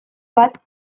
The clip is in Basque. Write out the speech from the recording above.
bat